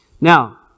now